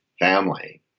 family